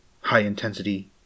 high-intensity